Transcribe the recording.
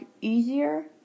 easier